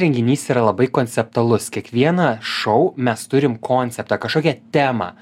renginys yra labai konceptualus kiekvieną šou mes turim konceptą kažkokią temą